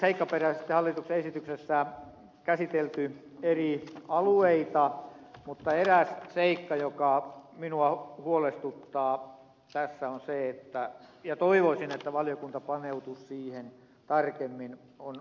hallituksen esityksessä on hyvin seikkaperäisesti käsitelty eri alueita mutta eräs seikka joka minua huolestuttaa tässä ja toivoisin että valiokunta paneutuisi siihen tarkemmin on kustannukset